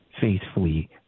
faithfully